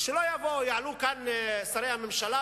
שלא יבואו ויעלו כאן שרי הממשלה,